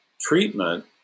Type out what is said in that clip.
treatment